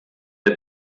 der